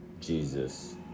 Jesus